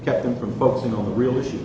kept them from both you know the real issue